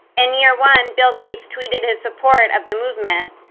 in year one bill gates tweeted his support of the movement,